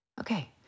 Okay